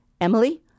Emily